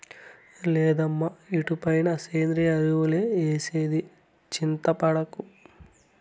లేదమ్మీ ఇటుపైన సేంద్రియ ఎరువులే ఏసేది చింతపడకు